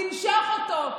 תמשוך אותו.